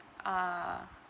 ah